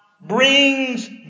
brings